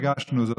הרגשנו זאת,